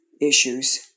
issues